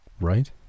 right